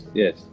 yes